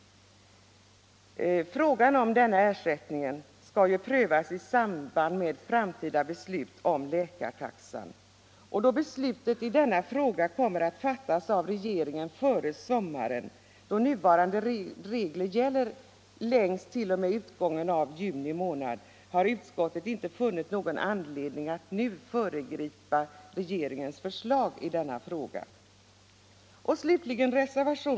Frågan om denna ersättning skall ju prövas i samband med framtida beslut om läkartaxan. Då beslutet i denna fråga kommer att fattas av regeringen före sommaren — nuvarande regler gäller längst t.o.m. utgången av juni månad — har utskottet inte funnit någon anledning att nu föregripa regeringens förslag i denna fråga.